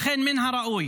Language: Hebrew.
לכן מן הראוי,